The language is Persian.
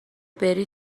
بری